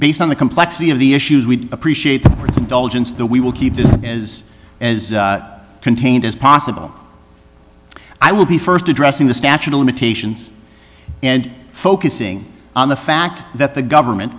based on the complexity of the issues we appreciate the present the we will keep this is as contained as possible i will be first addressing the statute of limitations and focusing on the fact that the government